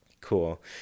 Cool